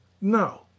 No